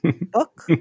book